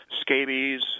scabies